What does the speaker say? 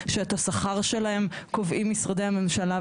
שאת השכר שלהם קובעים משרדי הממשלה,